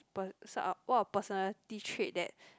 per~ what are personality trait that